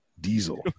diesel